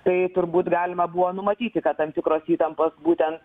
tai turbūt galima buvo numatyti kad tam tikros įtampos būtent